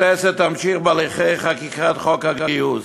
הכנסת תמשיך בהליכי חקיקת חוק הגיוס.